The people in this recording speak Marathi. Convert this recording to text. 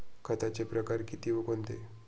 खताचे प्रकार किती व कोणते?